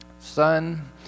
son